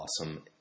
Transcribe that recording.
awesome